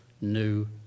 new